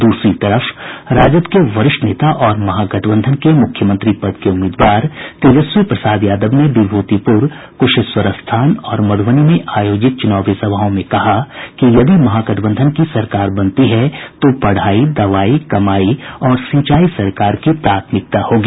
दूसरी तरफ राजद के वरिष्ठ नेता और महागठबंधन के मुख्यमंत्री पद के उम्मीदवार तेजस्वी प्रसाद यादव ने विभूतिपुर कुशेश्वर स्थान और मधुबनी में आयोजित चुनावी सभाओं में कहा कि यदि महागठबंधन की सरकार बनती है तो पढ़ाई दवाई कमाई और सिंचाई सरकार की प्राथमिकता होगी